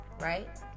Right